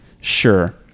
sure